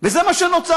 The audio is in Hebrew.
וזה מה שנוצר,